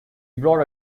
brought